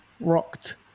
rocked